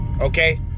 okay